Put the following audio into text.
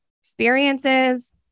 experiences